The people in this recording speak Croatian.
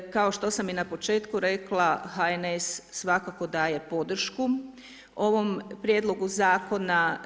Kao što sam i na početku rekla HNS svakako daje podršku ovom prijedlogu zakona.